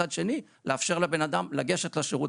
מצד שני לאפשר לבן אדם לגשת לשירות.